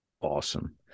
Awesome